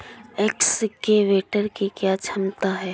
Excavator की कीमत क्या है?